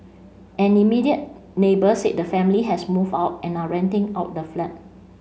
an immediate neighbour said the family has moved out and are renting out the flat